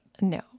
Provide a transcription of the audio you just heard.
no